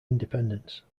independence